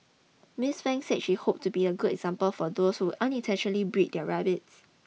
Miss Fang said she hoped to be a good example for those who unintentionally breed their rabbits